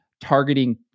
targeting